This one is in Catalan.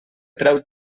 treu